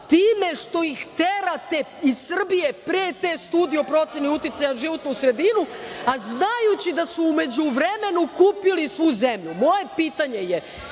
time što ih terate iz Srbije pre te Studije o proceni uticaja na životnu sredinu, a znajući da su u međuvremenu kupili svu zemlju? Moje pitanje je